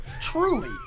Truly